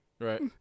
Right